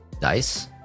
dice